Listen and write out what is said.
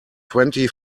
twenty